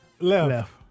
Left